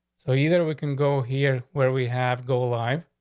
so either we can go here where we have go live.